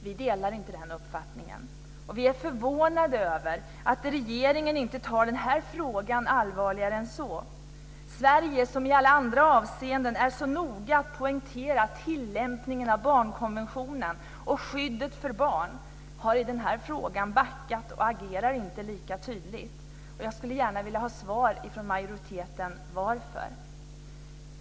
Vi delar inte den uppfattningen, och vi är förvånade över att regeringen inte tar den här frågan på större allvar än så. Sverige, som i alla andra avseenden är så noga med att poängtera att tillämpningen av barnkonventionen och skyddet för barn har i denna fråga backat och agerar inte lika tydligt. Jag skulle gärna vilka ha svar från majoriteten på frågan: Varför?